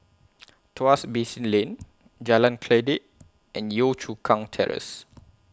Tuas Basin Lane Jalan Kledek and Yio Chu Kang Terrace